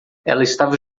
estava